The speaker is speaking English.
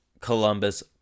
columbus